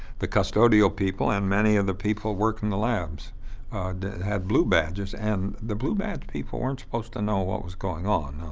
the custodial people and many of the people who worked in the labs had blue badges, and the blue badge people weren't supposed to know what was going on.